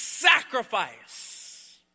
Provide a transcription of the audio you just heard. sacrifice